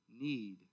need